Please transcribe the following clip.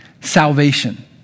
salvation